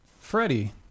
Freddie